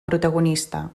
protagonista